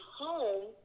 home